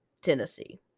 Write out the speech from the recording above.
Tennessee